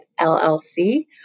LLC